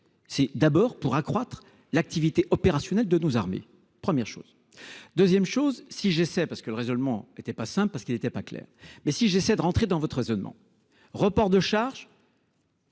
C'est d'abord pour accroître l'activité opérationnelle de nos armées. Première chose 2ème chose si j'essaie parce que le raisonnement était pas simple, parce qu'il était pas clair. Mais si j'essaie de rentrer dans votre raisonnement reports de charges.